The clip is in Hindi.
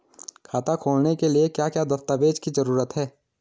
खाता खोलने के लिए क्या क्या दस्तावेज़ की जरूरत है?